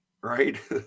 right